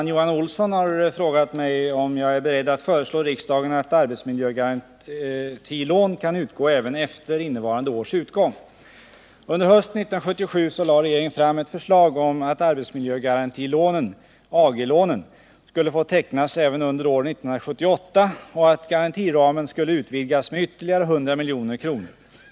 Johan Olsson har frågat mig om jag är beredd att föreslå riksdagen att arbetsmiljögarantilån kan utgå även efter innevarande års utgång. Under hösten 1977 lade regeringen fram ett förslag om att arbetsmiljögarantilånen — AG-lånen — skulle få tecknas även under år 1978 och att garantiramen skulle utvidgas med ytterligare 100 milj.kr.